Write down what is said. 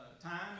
time